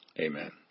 Amen